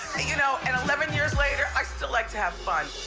and you know and eleven years later, i still like to have fun.